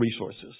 resources